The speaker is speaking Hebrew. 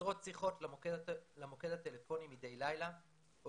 עשרות שיחות למוקד הטלפוני מדי לילה או